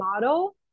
model